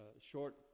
short